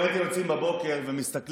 אם הייתם יוצאים בבוקר ומסתכלים